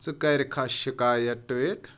ژٕ کَرِکھا شِکایَت ٹویٖٹ